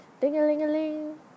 Ding-a-ling-a-ling